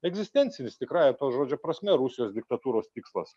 egzistencinis tikrąja to žodžio prasme rusijos diktatūros tikslas